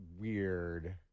weird